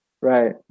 Right